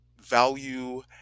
value